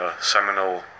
seminal